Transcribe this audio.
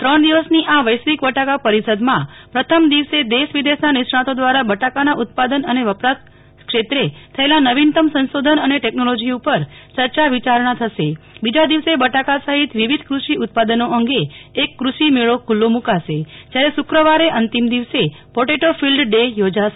ત્રણ દિવસની વૈશ્વિક બટાકા પરિસદમાં પ્રથમ દિવસે દેશ વિદેશનાં નિષ્ણાતો દ્વારા બટાકા ઉત્પાદન અને વપરાશ ક્ષેત્રે થયેલા નવીનતમ સંશોધન અને ટેકનોલોજી ઉપર ચર્ચા વિચારણા થશે બીજા દિવસે બટાકા સફિત વિવિધ કૃષિ ઉત્પાદન નો અંગે કૃષિ મેળો ખુલ્લો મુકાશે જયારે શુકવારે અંતિમ દિવસે પોટેટો ફિલ્ડ ડે થોજાશે